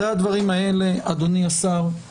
אחרי הדברים האלה, אדוני השר, בבקשה,